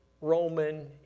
Roman